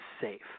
safe